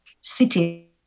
city